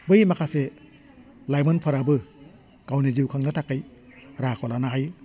बै माखासे लाइमोनफोराबो गावनि जिउ खांनो थाखाय राहाखौ लानो हायो